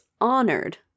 honored